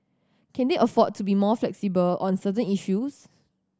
can they afford to be more flexible on certain issues